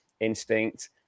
instinct